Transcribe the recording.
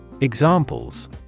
Examples